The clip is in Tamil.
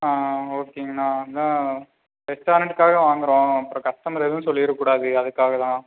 ஆ ஆ ஓகேங்க அண்ணா அதான் ரெஸ்டாரண்ட்டுக்காக வாங்குறோம் அப்புறம் கஸ்டமர் எதுவும் சொல்லிறக்கூடாது அதற்காக தான்